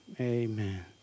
amen